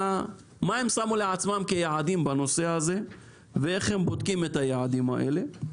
מה הם קבעו לעצמם כיעדים בנושא הזה ואיך הם בודקים את היעדים הללו.